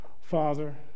Father